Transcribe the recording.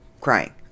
crying